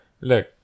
look